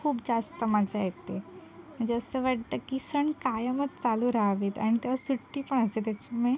खूप जास्त मजा येते म्हणजे असं वाटतं की सण कायमच चालू रहावेत आणि तेव्हा सुट्टीपण असते त्याच्यामुळे